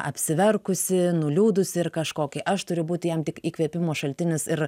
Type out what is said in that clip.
apsiverkusį nuliūdusį ir kažkokį aš turiu būti jam tik įkvėpimo šaltinis ir